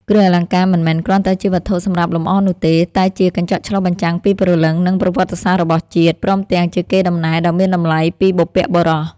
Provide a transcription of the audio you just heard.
គ្រឿងអលង្ការមិនមែនគ្រាន់តែជាវត្ថុសម្រាប់លម្អនោះទេ តែជាកញ្ចក់ឆ្លុះបញ្ចាំងពីព្រលឹង និងប្រវត្តិសាស្ត្ររបស់ជាតិ ព្រមទាំងជាកេរដំណែលដ៏មានតម្លៃពីបុព្វបុរស។